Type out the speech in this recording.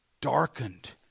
darkened